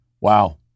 wow